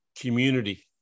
community